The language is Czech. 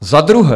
Za druhé.